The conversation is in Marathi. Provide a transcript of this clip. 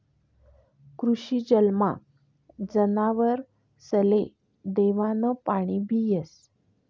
कृषी जलमा जनावरसले देवानं पाणीबी येस